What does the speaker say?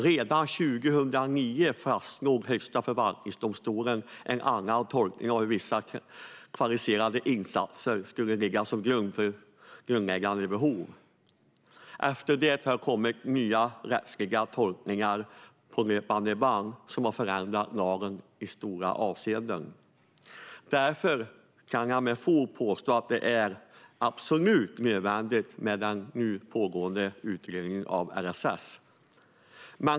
Redan 2009 fastslog Högsta förvaltningsdomstolen en annan tolkning av hur vissa kvalificerade insatser skulle ligga som grund för grundläggande behov. Efter det har det kommit nya rättsliga tolkningar på löpande band som har förändrat lagen i stora avseenden. Därför kan jag med fog påstå att det är absolut nödvändigt med den nu pågående utredningen av LSS.